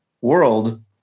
world